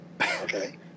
Okay